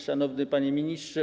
Szanowny Panie Ministrze!